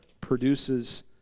produces